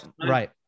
Right